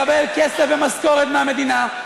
מקבל כסף ומשכורת מהמדינה,